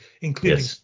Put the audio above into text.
including